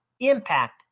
Impact